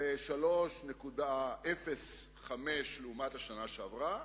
ב-3.05% לעומת השנה שעברה,